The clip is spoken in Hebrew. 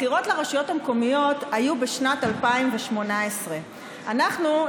הבחירות לרשויות המקומיות היו בשנת 2018. אנחנו,